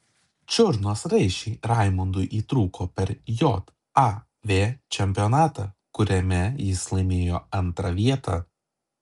čiurnos raiščiai raimundui įtrūko per jav čempionatą kuriame jis laimėjo antrą vietą